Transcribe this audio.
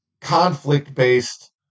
conflict-based